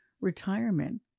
retirement